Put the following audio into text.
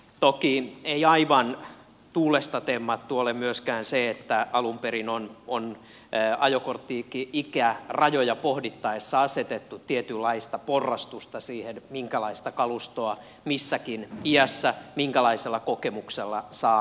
toki ei aivan tuulesta temmattu ole myöskään se että alun perin on ajokortti ikärajoja pohdittaessa asetettu tietynlaista porrastusta siihen minkälaista kalustoa missäkin iässä minkälaisella kokemuksella saa ajaa